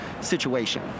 situation